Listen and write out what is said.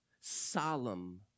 solemn